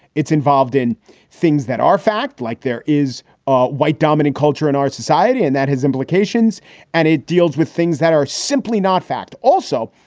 it's involved in things that are fact, like there is ah white, dominant culture in our society and that has implications and it deals with things that are simply not fact. also,